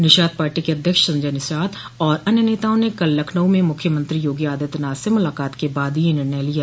Nishad party के अध्यक्ष संजय निषाद और अन्य नेताओं ने कल लखनऊ में कल मुख्यमंत्री योगी आदित्यनाथ से मुलाकात के बाद यह निर्णय लिया